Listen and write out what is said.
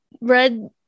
red